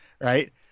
right